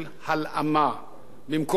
במקום הפרטה, הלאמה.